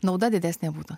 nauda didesnė būtų